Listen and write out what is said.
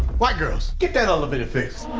white girls! get that elevator fixed!